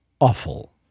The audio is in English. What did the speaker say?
awful